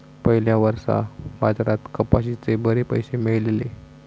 पयल्या वर्सा बाजारात कपाशीचे बरे पैशे मेळलले